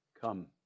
Come